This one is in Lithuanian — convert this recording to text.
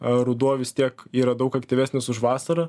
ruduo vis tiek yra daug aktyvesnis už vasarą